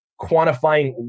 quantifying